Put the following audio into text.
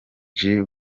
lil